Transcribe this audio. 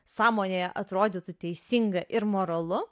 sąmonėje atrodytų teisinga ir moralu